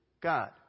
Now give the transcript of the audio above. God